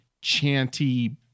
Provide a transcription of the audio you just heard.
chanty